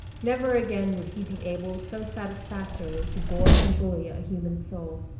never again would he be able so satisfactorily to bore and bully a human soul.